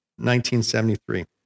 1973